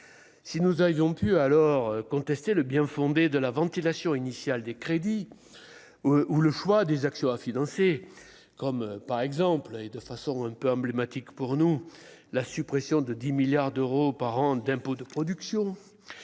si nous avions pu alors contesté le bien-fondé de la ventilation initiale des crédits ou le choix des actions à financer, comme par exemple et de façon un peu emblématique pour nous, la suppression de 10 milliards d'euros par an d'impôts de production,